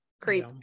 creep